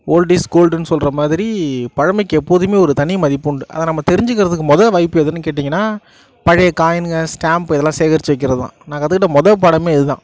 volt is கோல்டுனு சொல்கிற மாதிரி பழமைக்கு எப்போதும் ஒரு தனி மதிப்பு உண்டு அதை நம்ம தெரிஞ்சிக்கிறத்துக்கு மொதல் வாய்ப்பு எதுன்னு கேட்டிங்கன்னா பழைய காயின்ங்கள் ஸ்டம்ப்பு இதலாம் சேகரித்து வைக்கிறது தான் நான் கற்றுகிட்ட மொதல் பாடம் இது தான்